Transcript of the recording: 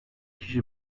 kişi